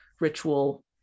ritual